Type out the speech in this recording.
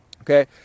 okay